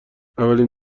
اولین